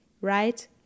right